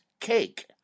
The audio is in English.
cake